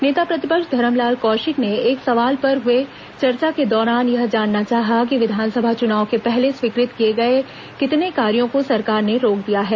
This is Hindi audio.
नेता प्रतिपक्ष धरमलाल कौशिक ने एक सवाल पर हई चर्चा के दौरान यह जानना चाहा कि विधानसभा चुनाव के पहले स्वीकृत किए गए कितने कार्यो को सरकार ने रोक दिया है